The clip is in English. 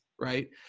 right